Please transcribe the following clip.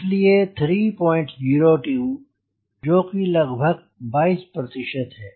इसलिए 302 जोकि लगभग 22 है